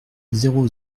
zéro